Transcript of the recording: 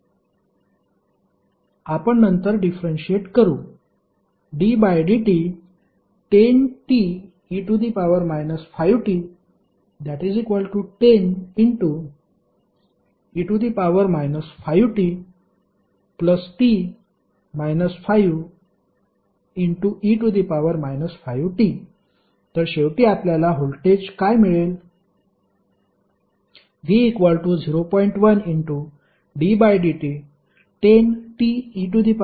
1 H आपण नंतर differentiate करू ddt10te 5t10e 5tte 5t तर शेवटी आपल्याला व्होल्टेज काय मिळेल v0